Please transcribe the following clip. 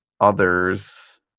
others